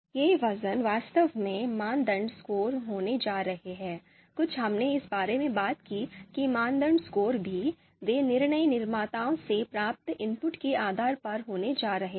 ये वज़न वास्तव में मानदंड स्कोर होने जा रहे हैं कुछ हमने इस बारे में बात की कि मानदंड स्कोर भी वे निर्णय निर्माता से प्राप्त इनपुट के आधार पर होने जा रहे हैं